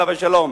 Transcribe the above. עליו השלום.